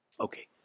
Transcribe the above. Okay